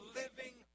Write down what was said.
living